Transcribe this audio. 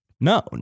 no